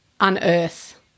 unearth